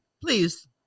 please